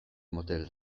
motel